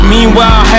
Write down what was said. Meanwhile